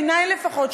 בעיני לפחות,